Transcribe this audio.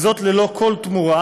וזאת ללא כל תמורה,